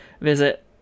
Visit